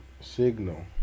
Signal